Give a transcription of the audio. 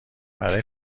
برای